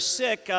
sick